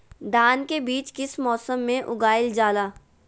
धान के बीज किस मौसम में उगाईल जाला?